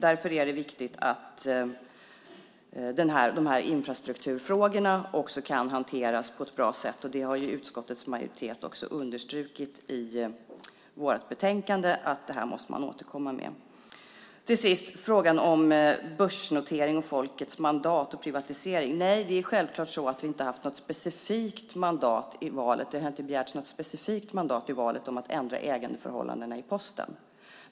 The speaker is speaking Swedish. Därför är det viktigt att dessa infrastrukturfrågor också kan hanteras på ett bra sätt, och utskottets majoritet har också understrukit i betänkandet att man måste återkomma till detta. Till sist ska jag ta upp frågan om börsnotering, folkets mandat och privatisering. Nej, det är självklart så att vi inte har begärt något specifikt mandat i valet om att ändra ägandeförhållandena i Posten.